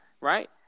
right